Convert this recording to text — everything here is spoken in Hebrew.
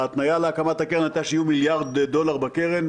ההתניה להקמת הקרן הייתה שיהיו מיליארד שקל בקרן,